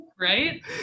Right